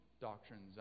doctrines